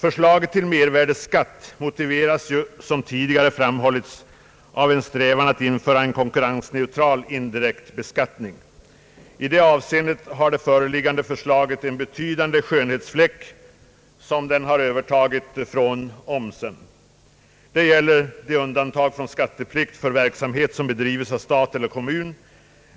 Förslaget om mervärdeskatt motiveras som tidigare framhållits av en strävan att införa en konkurrensneutral indirekt beskattning. I det avseendet har det föreliggande förslaget en betydande skönhetsfläck som det har övertagit från omsen. Det gäller det undantag från skatteplikt för verksamhet som bedrives av stat eller kommun